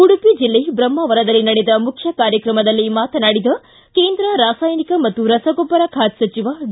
ಉಡುಪಿ ಜಿಲ್ಲೆ ಬ್ರಹ್ಮಾವರದಲ್ಲಿ ನಡೆದ ಮುಖ್ಯ ಕಾರ್ಯಕ್ರಮದಲ್ಲಿ ಮಾತನಾಡಿದ ಕೇಂದ್ರ ರಾಸಾಯನಿಕ ಮತ್ತು ರಸಗೊಬ್ಬರ ಖಾತೆ ಸಚಿವ ಡಿ